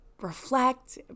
reflect